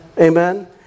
Amen